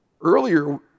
Earlier